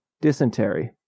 Dysentery